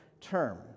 term